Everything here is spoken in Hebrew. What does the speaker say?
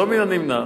לא מן הנמנע